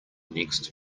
next